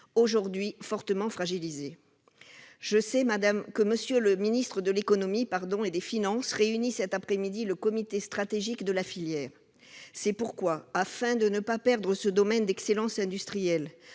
aujourd'hui fortement fragilisées. Je sais que M. le ministre de l'économie et des finances réunit cet après-midi le comité stratégique de filière. C'est pourquoi, afin de ne pas perdre ce domaine d'excellence industriel